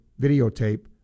videotape